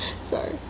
Sorry